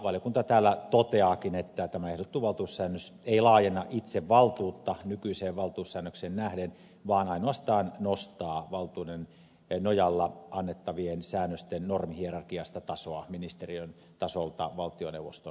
valiokunta täällä toteaakin että tämä ehdotettu valtuussäännös ei laajenna itse valtuutta nykyiseen valtuussäännökseen nähden vaan ainoastaan nostaa valtuuden nojalla annettavien säännösten normihierarkkista tasoa ministeriön tasolta valtioneuvoston tasolle